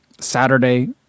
Saturday